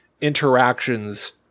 interactions